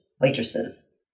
waitresses